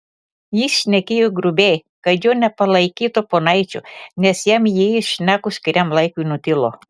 jis šnekėjo grubiai kad jo nepalaikytų ponaičiu nes jam įėjus šnekos kuriam laikui nutilo